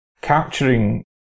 capturing